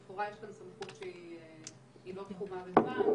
לכאורה יש כאן סמכות שהיא לא תחומה בזמן.